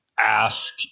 ask